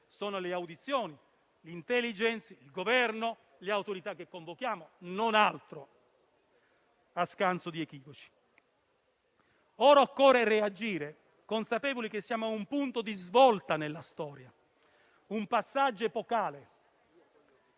sono le audizioni: l'Intelligence, il Governo, le autorità che convochiamo, non altro, a scanso di equivoci. Ora occorre reagire, consapevoli che siamo a un punto di svolta nella storia, a un passaggio epocale.